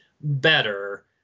better